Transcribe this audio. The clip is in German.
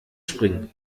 springen